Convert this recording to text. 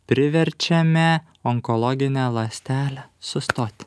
priverčiame onkologinę ląstelę sustoti